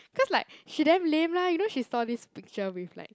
cause like she damn lame lah you know she saw this picture with like